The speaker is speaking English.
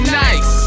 nice